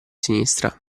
sinistra